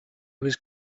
was